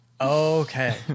Okay